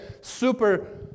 super